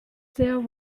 there